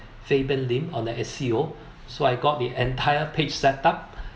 fabian Lim on the S_C_O so I got the entire page set up